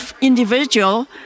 individual